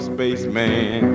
Spaceman